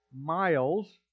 miles